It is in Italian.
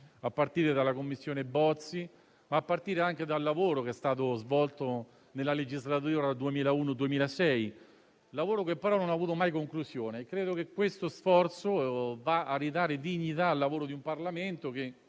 a partire dalla Commissione Bozzi, ma anche a partire dal lavoro che è stato svolto nella legislatura 2001-2006, che però non ho avuto una conclusione. Questo sforzo va a ridare dignità al lavoro di un Parlamento, che